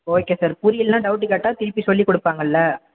okay sir புரியலைன்னா doubt கேட்டால் திருப்பி சொல்லிக்கொடுப்பாங்கள்ல